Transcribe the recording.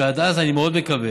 ועד אז אני מאוד מקווה,